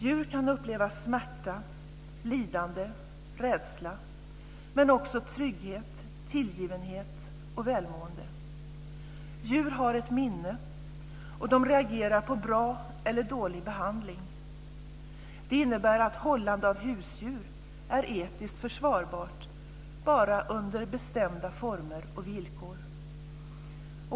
Djur kan uppleva smärta, lidande, rädsla, men också trygghet, tillgivenhet och välmående. Djur har ett minne, och de reagerar på bra eller dålig behandling. Det innebär att hållande av husdjur är etiskt försvarbart bara under bestämda former och villkor.